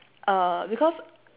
uh because